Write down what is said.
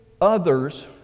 others